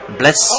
bless